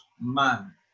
man